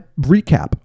recap